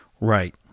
Right